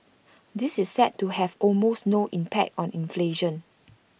this is set to have almost no impact on inflation